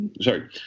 sorry